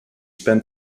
spent